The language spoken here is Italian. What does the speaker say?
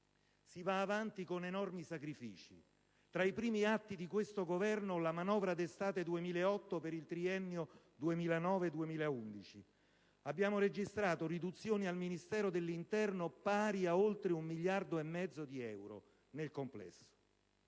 si va avanti con enormi sacrifici. Tra i primi atti di questo Governo (la manovra d'estate 2008 per il triennio 2009-2011), abbiamo registrato riduzioni al Ministero dell'interno pari ad oltre 1 miliardo e mezzo di euro nel complesso.